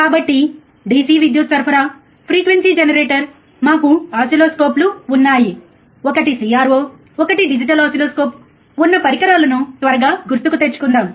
కాబట్టి DC విద్యుత్ సరఫరా ఫ్రీక్వెన్సీ జనరేటర్ మాకు ఓసిల్లోస్కోపులు ఉన్నాయి ఒకటి CRO ఒకటి డిజిటల్ ఓసిల్లోస్కోప్ ఉన్న పరికరాలను త్వరగా గుర్తుకు తెచ్చుకుందాం